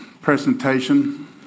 presentation